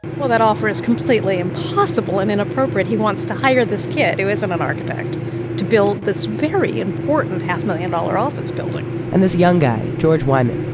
well, that offer is completely impossible and inappropriate. he wants to hire this kid who isn't an architect to build this very important important half-million dollar office building and this young guy, george wyman,